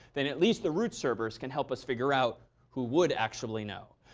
then at least the root servers can help us figure out who would actually know.